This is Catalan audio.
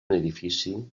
edifici